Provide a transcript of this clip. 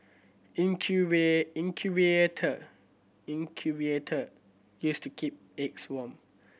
incubator incubator used to keep eggs warm